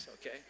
okay